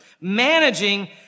managing